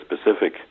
specific